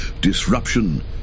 disruption